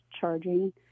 charging